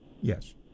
yes